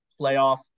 playoff